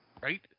Right